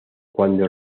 cuando